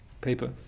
paper